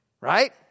Right